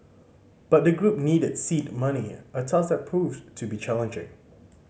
but the group needed seed money a task that proved to be challenging